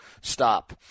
stop